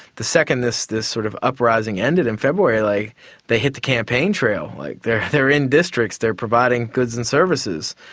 the second this this sort of uprising ended in february, like they hit the campaign trail like, they're they're in districts, they're providing goods and services.